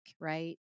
Right